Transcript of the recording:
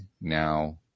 now